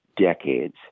decades